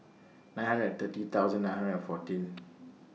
nine hundred and thirty thousand nine hundred and fourteen